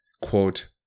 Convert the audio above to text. Quote